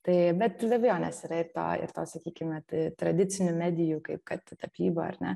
tai bet be abejonės yra ir to ir to sakykime tradicinių medijų kaip kad tapyba ar ne